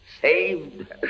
Saved